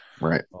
right